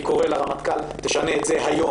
אני קורא לרמטכ"ל: תשנה את זה היום.